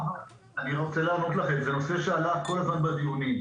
אני רוצה להראות לכם זה נושא שעלה כל הזמן בדיונים,